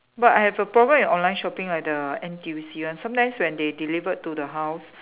but I have a problem with online shopping right the N_T_U_C one sometimes when they delivered to the house